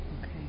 Okay